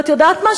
ואת יודעת מה?